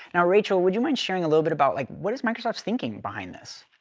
now, rachel, would you mind sharing a little bit about like what is microsoft's thinking behind this?